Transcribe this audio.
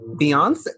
Beyonce